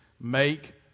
make